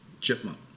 chipmunk